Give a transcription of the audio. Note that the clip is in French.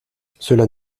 cela